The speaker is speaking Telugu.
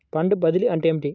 ఫండ్ బదిలీ అంటే ఏమిటి?